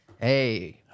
hey